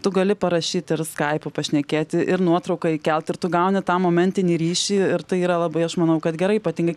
tu gali parašyt ir skaipu pašnekėti ir nuotrauką įkelt ir tu gauni tą momentinį ryšį ir tai yra labai aš manau kad gerai ypatingai